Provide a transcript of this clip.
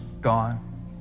gone